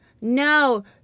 No